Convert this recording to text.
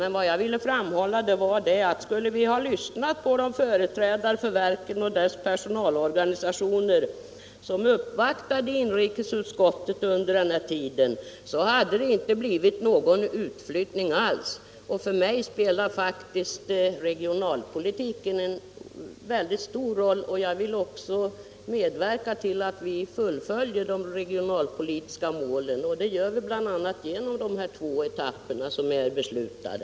Men vad jag ville framhålla var att skulle vi ha lyssnat på de företrädare för verken och personalorganisationerna som uppvaktade inrikesutskottet under den här tiden, så hade det inte blivit någon utflyttning alls. För mig spelar faktiskt regionalpolitiken en väldigt stor roll, och jag vill också medverka till att vi fullföljer de regionalpolitiska målen. Det gör vi bl.a. genom de två etapper som är beslutade.